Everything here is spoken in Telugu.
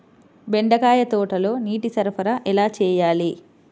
బెండకాయ తోటలో నీటి సరఫరా ఎలా చేయాలి?